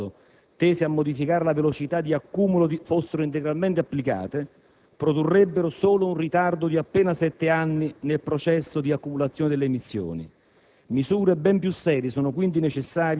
che, seppure le misure previste dal Protocollo di Kyoto tese a modificare la velocità di accumulo fossero integralmente applicate, produrrebbero solo un ritardo di appena sette anni nel processo di accumulazione delle emissioni.